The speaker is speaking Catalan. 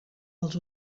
els